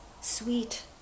sweet